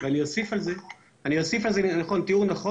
התיאור נכון,